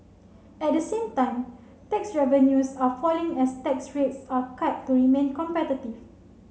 at the same time tax revenues are falling as tax rates are cut to remain competitive